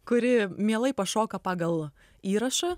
kuri mielai pašoka pagal įrašą